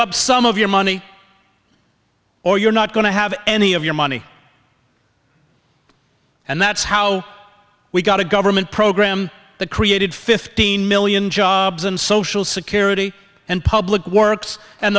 up some of your money or you're not going to have any of your money and that's how we got a government program that created fifteen million jobs and social security and public works and